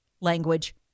language